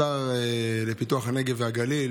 השר לפיתוח הנגב והגליל.